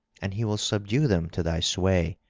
and he will subdue them to thy sway.